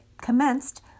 commenced